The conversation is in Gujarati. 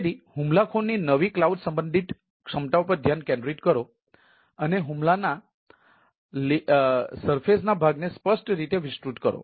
તેથી હુમલાખોરની નવી કલાઉડ સંબંધિત ક્ષમતાઓ પર ધ્યાન કેન્દ્રિત કરો અને હુમલાના સપાટીના ભાગને સ્પષ્ટ રીતે વિસ્તૃત કરો